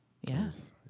Yes